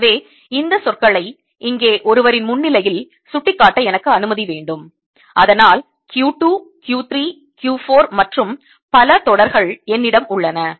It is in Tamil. எனவே இந்த சொற்களை இங்கே ஒருவரின் முன்னிலையில் சுட்டிக்காட்ட எனக்கு அனுமதி வேண்டும் அதனால் Q 2 Q 3 Q 4 மற்றும் பல தொடர்கள் என்னிடம் உள்ளன